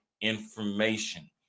information